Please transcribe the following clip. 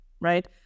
right